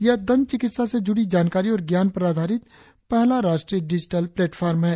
यह दंत चिकित्सा से जुड़ी जानकारी और ज्ञान पर आधारित पहला राष्ट्रीय डिजीटल प्लेटफॉर्म है